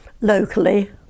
locally